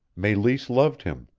meleese loved him.